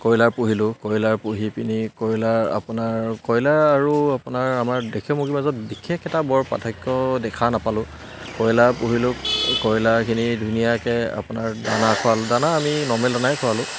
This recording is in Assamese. কয়লাৰ পুহিলোঁ কয়লাৰ পুহি পিনি কয়লাৰ আপোনাৰ কয়লা আৰু আপোনাৰ আমাৰ দেশীয় মুৰ্গীৰ মাজত বিশেষ এটা বৰ পাৰ্থক্য দেখা নাপালোঁ কয়লাৰ পুহিলোঁ কয়লাৰখিনি ধুনীয়াকে আপোনাৰ দানা খোৱালোঁ দানা আমি নৰ্মেল দানাই খুৱালোঁ